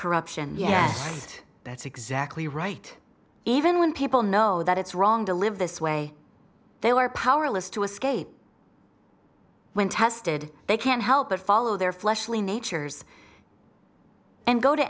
corruption yes that's exactly right even when people know that it's wrong to live this way they are powerless to escape when tested they can't help but follow their fleshly natures and go to